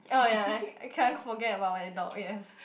oh ya I can't forget about my dog yes